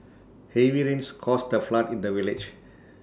heavy rains caused A flood in the village